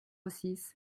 six